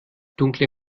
dunkle